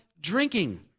drinking